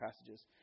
passages